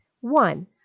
One